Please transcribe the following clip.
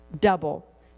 Double